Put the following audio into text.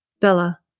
Bella